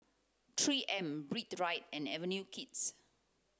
three M Breathe Right and Avenue Kids